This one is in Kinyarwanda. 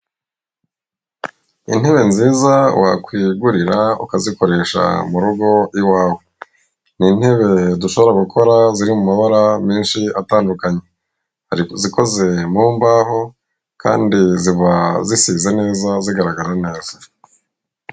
Intebe nziza wakwigurira ukazikoresha mu rugo iwawe, ni intebe dushobora gukora ziri mu mabara menshi atandukanye, ariko izikoze mu mbaho kandi ziba zisize neza zigaragara neza.